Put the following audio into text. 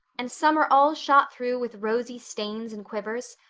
and some are all shot through with rosy stains and quivers.